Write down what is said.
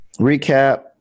recap